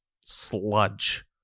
sludge